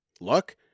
look